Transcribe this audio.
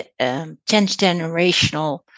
transgenerational